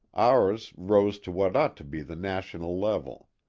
ours rose to what ought to be the national level.